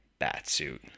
batsuit